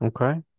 Okay